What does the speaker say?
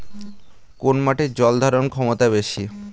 কোন মাটির জল ধারণ ক্ষমতা বেশি?